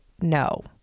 no